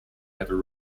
never